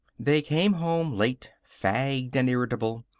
they came home late, fagged and irritable,